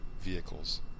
vehicles